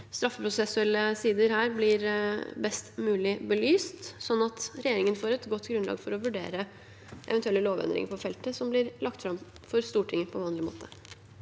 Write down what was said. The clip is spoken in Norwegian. straffeprosessuelle sider blir best mulig belyst, slik at regjeringen får et godt grunnlag for å vurdere eventuelle lovendringer på feltet, som blir lagt fram for Stortinget på vanlig måte.